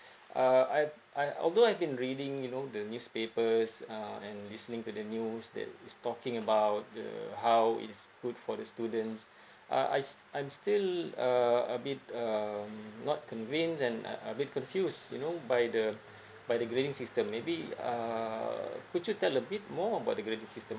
uh I I although I'd been reading you know the newspapers uh and listening to the news that is talking about the how is good for the students uh I I'm still uh a bit uh not convince and I I bit confused you know by the by the grading system maybe uh could you tell a bit more about the grading system